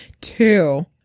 Two